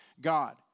God